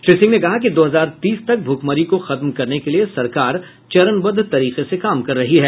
श्री सिंह ने कहा कि दो हजार तीस तक भुखमरी को सत्म करने के लिए सरकार चरणबद्ध तरीके से काम कर रही है